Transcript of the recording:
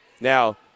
Now